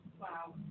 Wow